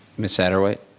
ms. satterwhite.